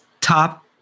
Top